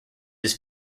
his